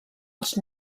els